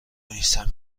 نیستم